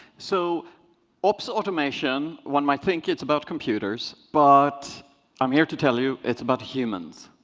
so ops automation, one might think it's about computers, but i'm here to tell you it's about humans.